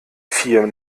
vier